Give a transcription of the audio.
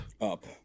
Up